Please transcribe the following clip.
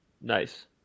Nice